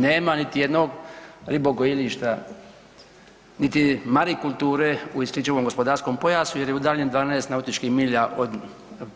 Nema niti jednog ribogojilišta, niti marikulture u isključivom gospodarskom pojasu jer je udaljen 12 nautičkih milja od